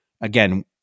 Again